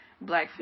black